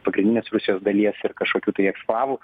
pagrindinės rusijos dalies ir kažkokių tai eksklavų